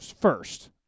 first